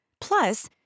Plus